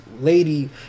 lady